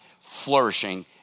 flourishing